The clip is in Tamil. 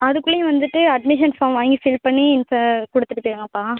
அதுக்குள்ளயும் வந்துவிட்டு அட்மிஷன் ஃபார்ம் வாங்கி ஃபில் பண்ணி ஃப கொடுத்துட்டு போய்டுங்கப்பா